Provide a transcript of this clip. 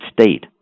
state